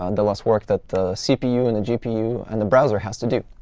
um the less work that the cpu and the gpu and the browser has to do.